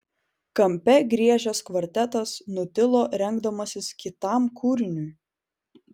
kampe griežęs kvartetas nutilo rengdamasis kitam kūriniui